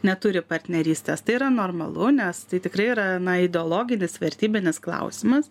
neturi partnerystės tai yra normalu nes tai tikrai yra na ideologinis vertybinis klausimas